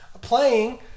playing